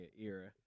era